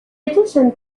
addition